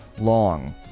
long